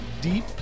deep